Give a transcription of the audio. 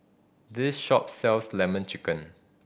this shop sells Lemon Chicken